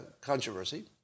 controversy